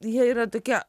jie yra tokie